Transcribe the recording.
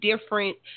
different